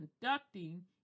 conducting